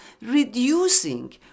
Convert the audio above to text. reducing